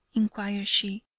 inquired she.